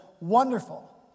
Wonderful